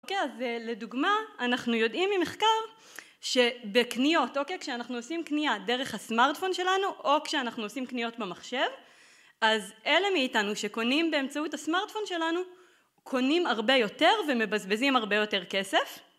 אוקיי, אז לדוגמה, אנחנו יודעים ממחקר, שבקניות, אוקיי, כשאנחנו עושים קנייה דרך הסמארטפון שלנו, או כשאנחנו עושים קניות במחשב, אז אלה מאיתנו שקונים באמצעות הסמארטפון שלנו, קונים הרבה יותר ומבזבזים הרבה יותר כסף.